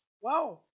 Wow